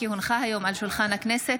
כי הונחה היום על שולחן הכנסת,